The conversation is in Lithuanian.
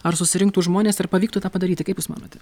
ar susirinktų žmonės ir pavyktų tą padaryti kaip jūs manote